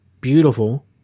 beautiful